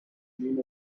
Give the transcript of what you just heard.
dream